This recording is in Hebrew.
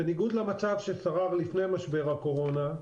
בניגוד למצב ששרר לפני משבר הקורונה,